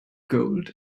gold